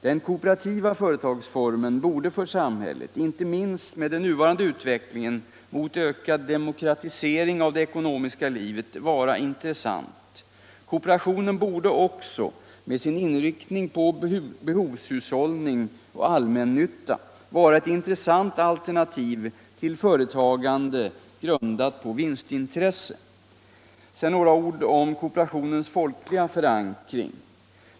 Den kooperativa företagsformen borde för samhället, inte minst med den nuvarande utvecklingen mot ökad demokratisering av det ekonomiska livet, vara intressant. Kooperationen borde också, med sin inriktning på behovshushållning och allmännytta, vara ett viktigt alternativ till företagande grundat på vinstintresse. Så några ord om kooperationens folkliga förankring.